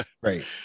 right